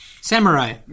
Samurai